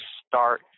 start